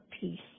peace